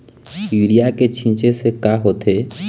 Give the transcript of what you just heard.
Urea के छींचे से का होथे?